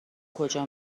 کجا